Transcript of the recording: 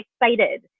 excited